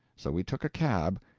so we took a cab,